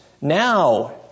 now